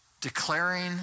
declaring